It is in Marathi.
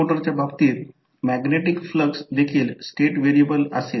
जर आपण हा मार्ग स्वीकारला असेल आणि मी ते कसे घ्यावे याच्या सर्व प्रकार दाखवले आहेत